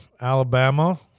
Alabama